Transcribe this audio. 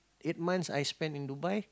eight months I spend in Dubai